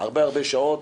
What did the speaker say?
הרבה הרבה שעות,